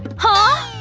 huh?